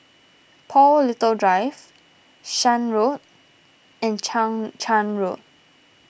Paul Little Drive Shan Road and Chang Charn Road